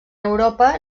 europa